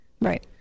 right